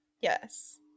Yes